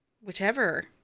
whichever